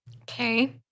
Okay